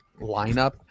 lineup